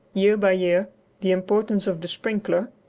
year by year the importance of the sprinkler,